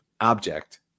object